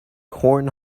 horn